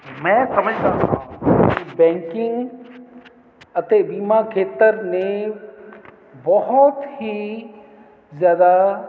ਮੈਂ ਸਮਝਦਾ ਹਾਂ ਬੈਂਕਿੰਗ ਅਤੇ ਬੀਮਾ ਖੇਤਰ ਨੇ ਬਹੁਤ ਹੀ ਜ਼ਿਆਦਾ